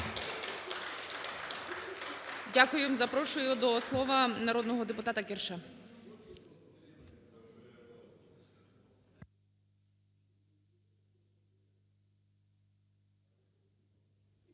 Дякую. Запрошую до слова народного депутата